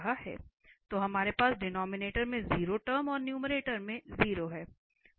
तो हमारे पास डिनोमिनेटर में 0 टर्म और नुमेरटर में 0 है